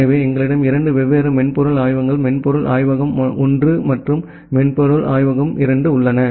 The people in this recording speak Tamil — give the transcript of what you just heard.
எனவே எங்களிடம் 2 வெவ்வேறு மென்பொருள் ஆய்வகங்கள் மென்பொருள் ஆய்வகம் 1 மற்றும் மென்பொருள் ஆய்வகம் 2 உள்ளன